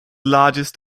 largest